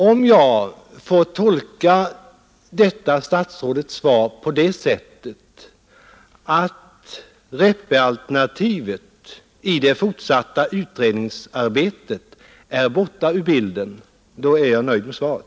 Om jag får tolka detta statsrådets svar på det sättet att Räppealternativet i det fortsatta utredningsarbetet är borta ur bilden är jag nöjd med svaret.